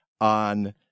on